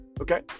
Okay